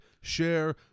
share